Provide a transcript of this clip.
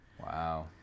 Wow